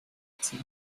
tea